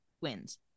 wins